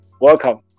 Welcome